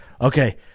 okay